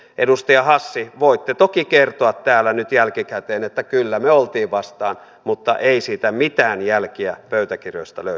edustaja hassi voitte toki kertoa täällä nyt jälkikäteen että kyllä me olimme vastaan mutta ei siitä mitään jälkiä pöytäkirjoista löydy